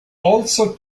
also